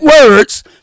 words